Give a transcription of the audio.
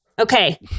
Okay